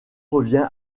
revient